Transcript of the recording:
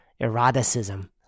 eroticism